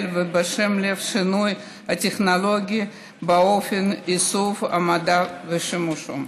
ובשים לב לשינויים הטכנולוגיים באופן איסוף המידע ושימושו.